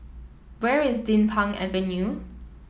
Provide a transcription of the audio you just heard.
where is Din Pang Avenue